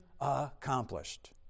accomplished